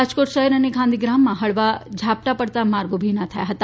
રાજકોટ શહેર અને ગાંધીગ્રામમાં હળવા ઝાપટા પડતા માર્ગો ભીના થયા હતા